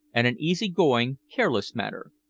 and an easy-going, careless manner.